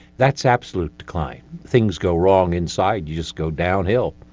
that's absolute decline. things go wrong inside, you just go downhill.